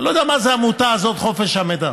אני לא יודע מה זו העמותה הזאת, חופש המידע.